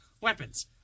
weapons